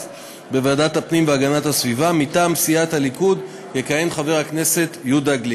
בוועדת הפנים והגנת הסביבה: מטעם סיעת הליכוד יכהן חבר הכנסת יהודה גליק.